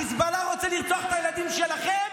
החיזבאללה רוצה לרצוח את הילדים שלכם